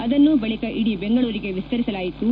ಅದನ್ನು ಬಳಿಕ ಇಡೀ ಬೆಂಗಳೂರಿಗೆ ವಿಸ್ತರಿಸಲಾಯಿತು